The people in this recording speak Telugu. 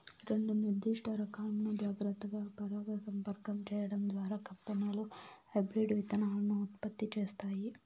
రెండు నిర్దిష్ట రకాలను జాగ్రత్తగా పరాగసంపర్కం చేయడం ద్వారా కంపెనీలు హైబ్రిడ్ విత్తనాలను ఉత్పత్తి చేస్తాయి